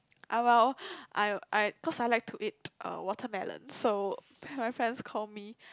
I well I I because I like to eat uh watermelons so then my friends call me